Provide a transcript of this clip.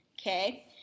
Okay